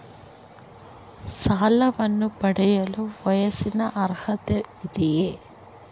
ಸಾಲವನ್ನು ಪಡೆಯಲು ವಯಸ್ಸಿನ ಅರ್ಹತೆ ಇದೆಯಾ?